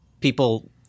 people